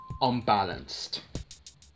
unbalanced